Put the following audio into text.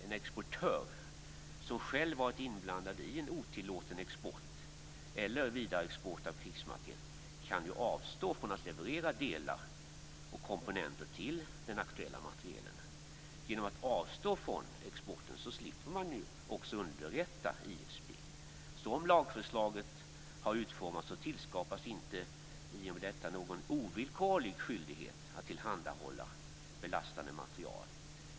En exportör som själv varit inblandad i en otillåten export eller vidareexport av krigsmaterial kan ju avstå från att leverera delar och komponenter till den aktuella materielen. Genom att avstå från exporten slipper man också underrätta ISP. Som lagförslaget har utformats tillskapas inte någon ovillkorlig skyldighet att tillhandahålla belastande materiel.